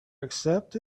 accept